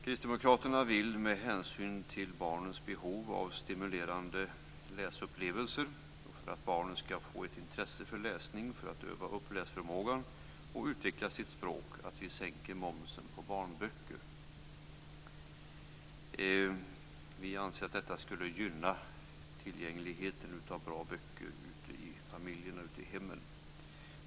Kristdemokraterna vill med hänsyn till barnens behov av stimulerande läsupplevelser, för att barnen skall få ett intresse för läsning, öva upp läsförmågan och utveckla sitt språk att momsen på barnböcker skall sänkas. Vi anser att detta skulle gynna tillgängligheten av bra böcker i hemmen.